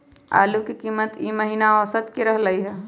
आलू के कीमत ई महिना औसत की रहलई ह?